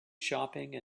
shopping